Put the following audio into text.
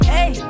Hey